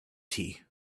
tea